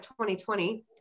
2020